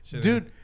Dude